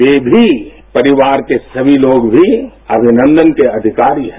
वे भी परिवार के सभी लोग भी अभिनंदन के अधिकारी हैं